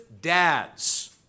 dads